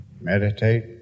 meditate